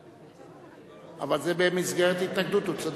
אבל זה במסגרת התנגדות, הוא צודק.